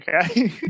Okay